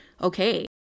okay